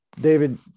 David